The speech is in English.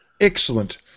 Excellent